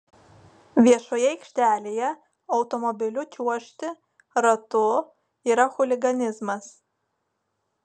viešoje aikštelėje automobiliu čiuožti ratu yra chuliganizmas